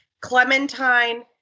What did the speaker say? Clementine